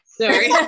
Sorry